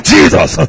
Jesus